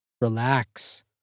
Relax